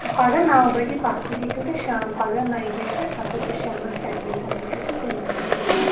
پگہہ نَو بَجے پَتھ کُن ہیٚکِو تُہۍ شام پَگہہ نَیہِ بَجہِ پٮ۪ٹھ لگ بگ شامَس سَتہِ بَجہِ تام ہیٚکِو تُہۍ کُنہِ تہِ ساتہٕ یِتھ